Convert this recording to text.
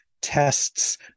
tests